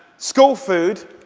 school food